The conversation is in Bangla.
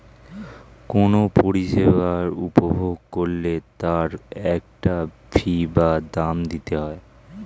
কোনো পরিষেবা উপভোগ করলে তার একটা ফী বা দাম দিতে হয়